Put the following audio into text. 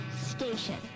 station